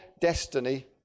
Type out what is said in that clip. destiny